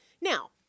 Now